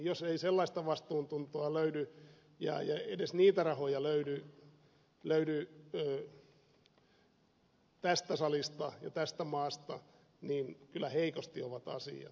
jos ei sellaista vastuuntuntoa löydy ja edes niitä rahoja löydy tästä salista ja tästä maasta niin kyllä heikosti ovat asiat